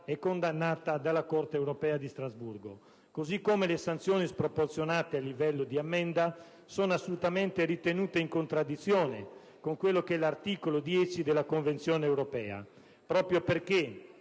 condannata dalla Corte europea di Strasburgo. Allo stesso modo le sanzioni sproporzionate a livello di ammenda sono ritenute assolutamente in contraddizione con l'articolo 10 della Convenzione europea, proprio perché